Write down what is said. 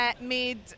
made